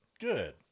Good